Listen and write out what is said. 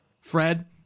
Fred